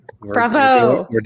Bravo